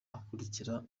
akurikira